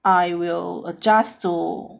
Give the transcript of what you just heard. I will adjust to